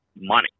money